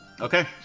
Okay